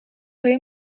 های